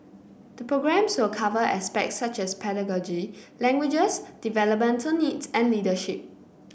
the programmes will cover aspects such as pedagogy languages developmental needs and leadership